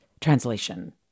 translation